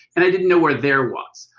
and i didn't know where there was.